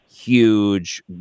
Huge